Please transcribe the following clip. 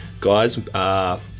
guys